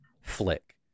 Flick